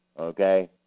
okay